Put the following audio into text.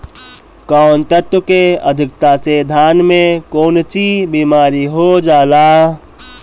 कौन तत्व के अधिकता से धान में कोनची बीमारी हो जाला?